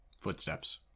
Footsteps